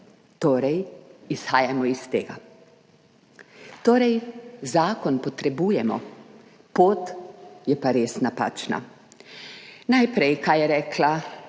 Torej izhajamo iz tega. Zakon potrebujemo, pot je pa res napačna. Najprej, kaj je rekla